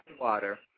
water